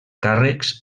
càrrecs